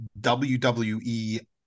WWE